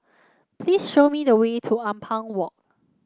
please show me the way to Ampang Walk